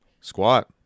Squat